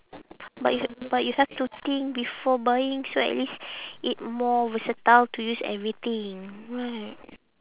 but if but you have to think before buying so at least it more versatile to use everything right